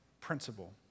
principle